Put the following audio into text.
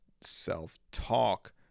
self-talk